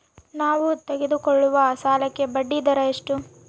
ನಾವು ತೆಗೆದುಕೊಳ್ಳುವ ಸಾಲಕ್ಕೆ ಬಡ್ಡಿದರ ಎಷ್ಟು?